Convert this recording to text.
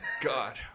God